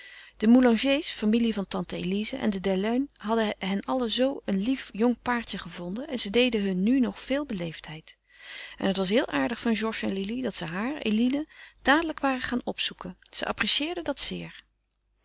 de moulangers familie van tante elize en de des luynes hadden hen allen zoo een lief jong paartje gevonden en ze deden hun nu nog veel beleefdheid en het was heel aardig van georges en lili dat ze haar eline dadelijk waren gaan opzoeken ze apprecieerde dat zeer